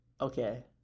Okay